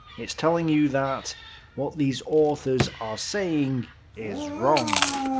it's telling you that what these authors are saying is wrong.